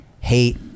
hate